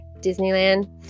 Disneyland